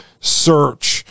search